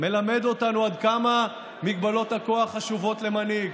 מלמד אותנו עד כמה מגבלות הכוח חשובות למנהיג.